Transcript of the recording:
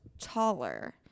taller